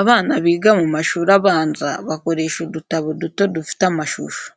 Abana biga mu mashuri abanza bakoresha udutabo duto dufite amashusho.